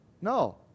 No